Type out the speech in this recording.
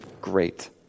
Great